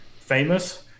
famous